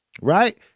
Right